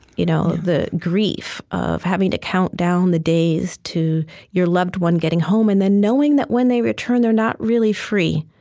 you know the grief of having to count down the days to your loved one getting home, and then knowing that when they return they're not really free.